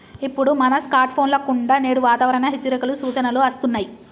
ఇప్పుడు మన స్కార్ట్ ఫోన్ల కుండా నేడు వాతావరణ హెచ్చరికలు, సూచనలు అస్తున్నాయి